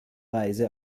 reise